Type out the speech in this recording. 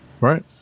right